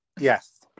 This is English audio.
yes